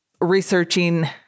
researching